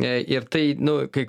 ir tai nu kai